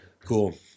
Cool